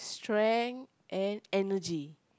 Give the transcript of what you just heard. strength and energy